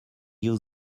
new